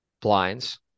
blinds